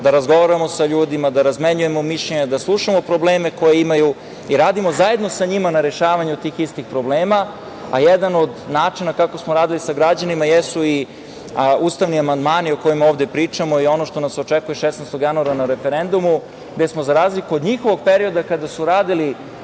da razgovaramo sa ljudima, da razmenjujemo mišljenja, da slušamo probleme koje imaju i radimo zajedno sa njima na rešavanju tih istih problema. Jedan od načina kako smo radili sa građanima jesu i ustavni amandmani o kojima ovde pričamo i ono što nas očekuje 16. januara na referendumu gde smo za razliku od njihovog perioda, kada su radili